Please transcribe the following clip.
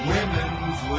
Women's